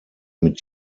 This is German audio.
mit